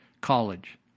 college